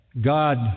God